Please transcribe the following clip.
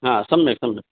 ह सम्यक् सम्यक्